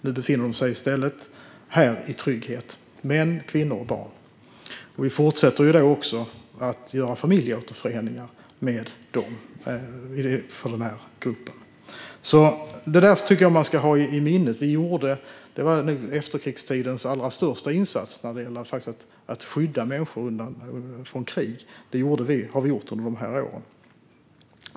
Nu befinner de sig i stället här i trygghet - män, kvinnor och barn - och vi fortsätter med familjeåterföreningar för denna grupp. Detta tycker jag att man ska ha i minnet. Vi gjorde nog efterkrigstidens största insats när det gäller att skydda människor från krig. Detta har vi gjort under de här åren.